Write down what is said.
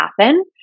happen